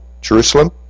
Jerusalem